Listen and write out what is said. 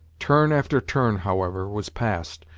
turn after turn, however, was passed,